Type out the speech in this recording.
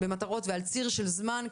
במטרות ועל ציר של זמן,